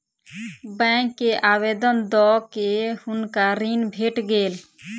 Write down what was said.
bank के आवेदन दअ के हुनका ऋण भेट गेल